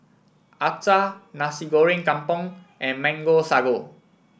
Acar Nasi Goreng Kampung and Mango Sago